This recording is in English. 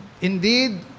indeed